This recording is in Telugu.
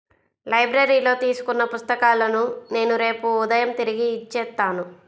లైబ్రరీలో తీసుకున్న పుస్తకాలను నేను రేపు ఉదయం తిరిగి ఇచ్చేత్తాను